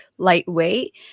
lightweight